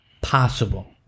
possible